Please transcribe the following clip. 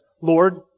Lord